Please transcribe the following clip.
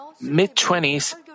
mid-twenties